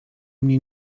mnie